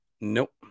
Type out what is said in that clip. Nope